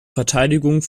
verteidigung